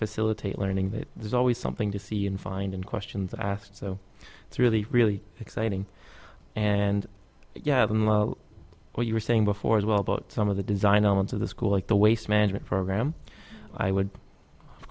facilitate learning but there's always something to see and find and questions asked so it's really really exciting and yeah well you were saying before as well about some of the design elements of the school like the waste management program i would of